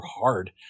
hard